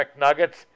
McNuggets